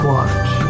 Watch